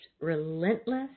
relentless